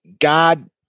God